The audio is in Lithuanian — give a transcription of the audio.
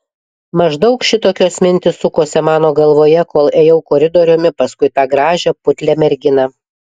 maždaug šitokios mintys sukosi mano galvoje kol ėjau koridoriumi paskui tą gražią putlią merginą